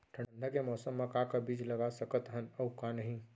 ठंडा के मौसम मा का का बीज लगा सकत हन अऊ का नही?